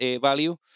value